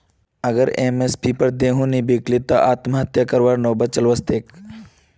अगर एम.एस.पीर पर गेंहू नइ बीक लित तब आत्महत्या करवार नौबत चल वस तेक